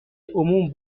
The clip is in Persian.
عموم